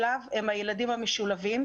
אלה הילדים המשולבים,